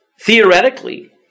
Theoretically